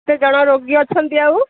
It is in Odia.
ସେ ଜଣେ ରୋଗୀ ଅଛନ୍ତି ଆଉ